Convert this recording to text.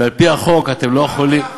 ועל-פי החוק אתם לא יכולים,